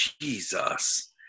Jesus